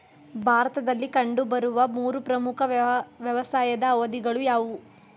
ಭಾರತದಲ್ಲಿ ಕಂಡುಬರುವ ಮೂರು ಪ್ರಮುಖ ವ್ಯವಸಾಯದ ಅವಧಿಗಳು ಯಾವುವು?